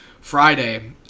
Friday